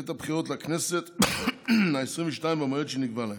את הבחירות לכנסת העשרים-ושתיים במועד שנקבע להן.